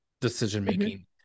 decision-making